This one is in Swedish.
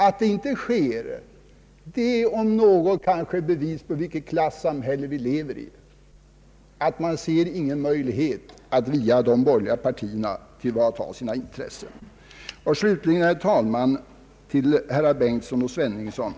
Att så inte sker är kanske om något ett bevis på vilket klassamhälle vi lever i — man ser ingen möjlighet att via de borgerliga partierna bevaka sina intressen. Slutligen, herr talman, några ord till herrar Bengtson och Sveningsson.